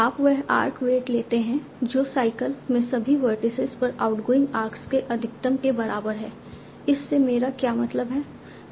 आप वह arc weight लेते हैं जो साइकल में सभी वर्टिसीज पर आउटगोइंग आर्क्स के अधिकतम के बराबर हैं इससे मेरा क्या मतलब है